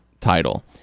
title